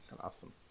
Awesome